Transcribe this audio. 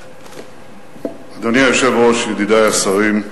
אדוני היושב-ראש, ידידי השרים,